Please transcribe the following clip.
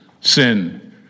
sin